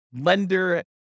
lender